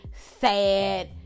sad